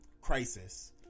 crisis